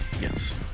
Yes